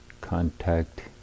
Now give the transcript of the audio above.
contact